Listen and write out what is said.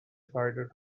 decided